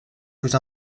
coûte